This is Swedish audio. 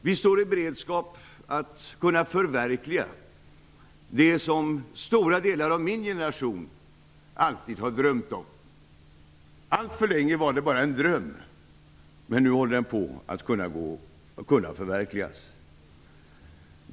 Vi står i beredskap för att förverkliga det som stora delar av min generation alltid har drömt om. Alltför länge var det bara en dröm, men nu är den på väg att kunna förverkligas.